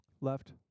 Left